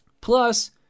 Plus